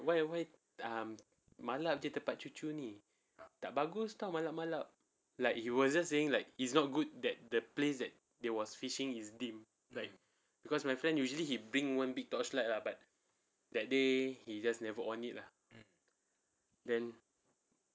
why why um malap jer tempat cucu ni tak bagus tahu malap-malap like he was just saying like is not good that the place that they was fishing is dim like because my friend usually he bring one big torchlight lah but that day he just never on it lah then